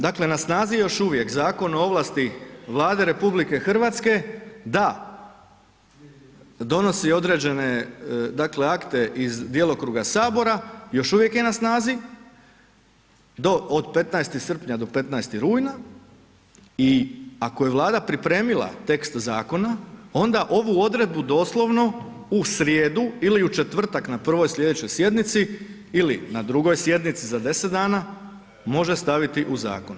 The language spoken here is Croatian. Dakle, na snazi je još uvijek Zakon o ovlasti Vlade RH da donosi određene dakle akte iz djelokruga sabora, još uvijek je na snazi do od 15. srpnja do 15. rujna i ako je vlada pripremila tekst zakona onda ovu odredbu doslovno u srijedu ili u četvrtak na prvoj slijedećoj sjednici ili na drugoj sjednici za 10 dana može staviti u zakon.